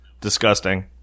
Disgusting